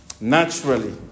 Naturally